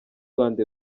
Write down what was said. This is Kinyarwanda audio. rwanda